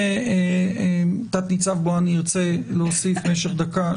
ואם תת-ניצב בואני ירצה להוסיף במשך דקה,